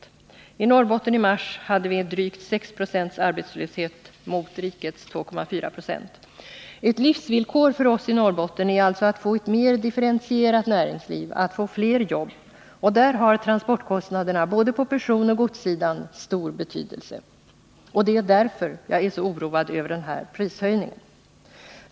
I mars hade vi i Norrbotten en arbetslöshet på drygt 6 96 mot rikets 2,4 96. Ett livsvillkor för oss i Norrbotten är att vi får ett mer differentierat näringsliv och att vi får fler jobb, och för att uppfylla det har transportkostnaderna på både personoch godssidan stor betydelse. Det är därför jag är så oroad över den här prishöjningen.